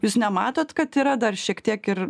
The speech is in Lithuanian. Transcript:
jūs nematot kad yra dar šiek tiek ir